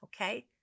okay